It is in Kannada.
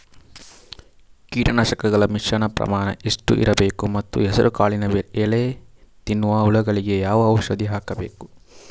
ಕೀಟನಾಶಕಗಳ ಮಿಶ್ರಣ ಪ್ರಮಾಣ ಎಷ್ಟು ಇರಬೇಕು ಮತ್ತು ಹೆಸರುಕಾಳಿನ ಎಲೆ ತಿನ್ನುವ ಹುಳಗಳಿಗೆ ಯಾವ ಔಷಧಿ ಹಾಕಬೇಕು?